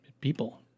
people